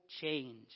change